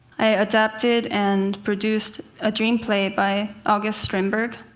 i adapted and produced a dream play by august strindberg.